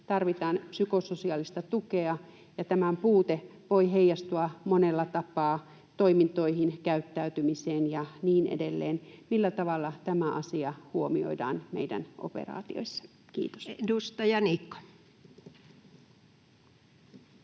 tarvitaan psykososiaalista tukea, ja tämän puute voi heijastua monella tapaa toimintoihin, käyttäytymiseen ja niin edelleen. Millä tavalla tämä asia huomioidaan meidän operaatioissa? — Kiitos. Edustaja Niikko.